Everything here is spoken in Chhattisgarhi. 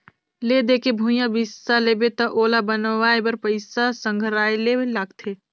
ले दे के भूंइया बिसा लेबे त ओला बनवाए बर पइसा संघराये ले लागथे